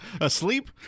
asleep